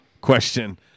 question